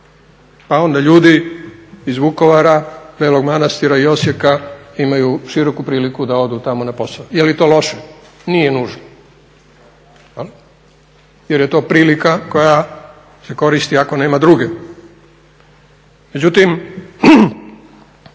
pa onda ljudi iz Vukovara, Belog Manastira i Osijeka imaju široku priliku da odu tamo na posao. Jeli to loše? Nije nužno jer je to prilika koja se koristi ako nema druge. Međutim,